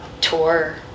tour